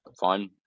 fine